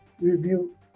review